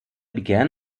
began